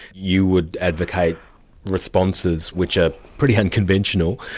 you would advocate responses which are pretty unconventional,